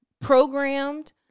programmed